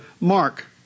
Mark